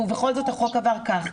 ובכל זאת החוק עבר כך.